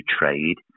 trade